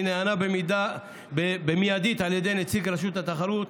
אני נענה מיידית על ידי נציג רשות התחרות: